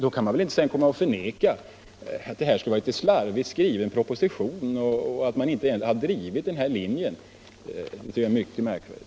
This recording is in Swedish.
Då kan man väl inte sedan förneka det och säga att det skulle ha varit en slarvigt skriven proposition och påstå att man inte ens har drivit den här linjen. Det tycker jag är mycket märkligt.